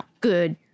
good